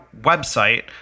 website